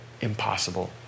impossible